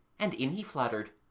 and in he fluttered,